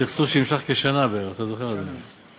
זה סכסוך שנמשך שנה בערך, אתה זוכר את זה.